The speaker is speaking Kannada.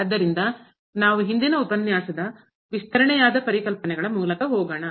ಆದ್ದರಿಂದ ನಾವು ಹಿಂದಿನ ಉಪನ್ಯಾಸದ ವಿಸ್ತರಣೆಯಾದ ಪರಿಕಲ್ಪನೆಗಳ ಮೂಲಕ ಹೋಗೋಣ